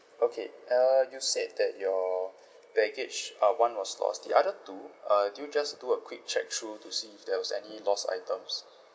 okay uh you said that your baggage uh one was lost the other two uh did you just do a quick check through to see if there was any lost items